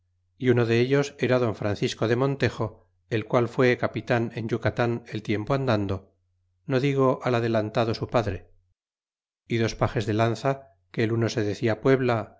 y uno de ellos era don francisco de montejo el cual fué capitan en yucatan el tiempo andando no digo al adelantado su padre y dos pages de lanza que el uno se decia puebla